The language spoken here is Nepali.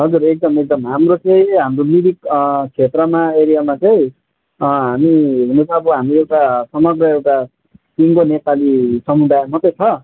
हजुर एकदम एकदम हाम्रो चाहिँ हाम्रो मिरिक क्षेत्रमा एरियामा चाहिँ हामी हुनु त अब हामी एउटा समग्र एउटा सिङ्गो नेपाली समुदाय मात्रै छ